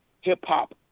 hip-hop